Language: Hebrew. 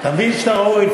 אתה מבין שאתה ראוי?